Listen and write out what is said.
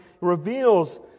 reveals